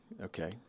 okay